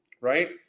right